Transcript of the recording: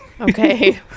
okay